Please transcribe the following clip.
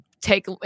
take